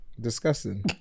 Disgusting